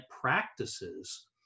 practices